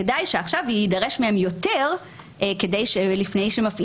כדאי שעכשיו יידרש מהם יותר לפני שמפעילים